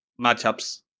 matchups